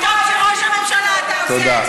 תודה.